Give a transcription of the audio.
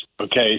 Okay